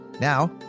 Now